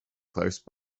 close